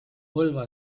põlva